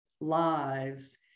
lives